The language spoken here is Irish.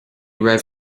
raibh